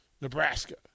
Nebraska